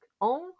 on